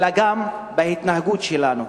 אלא גם בהתנהגות שלנו.